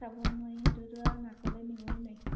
চাব নোৱাৰি সেইটোতো আৰু নাকলৈ নিবই নোৱাৰি